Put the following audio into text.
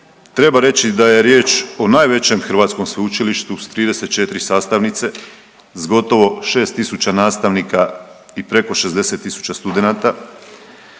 treba reći da je riječ o najvećem hrvatskom sveučilištu s 34 sastavnice s gotovo 6.000 nastavnika i preko 60.000 studenata.